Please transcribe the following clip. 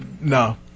no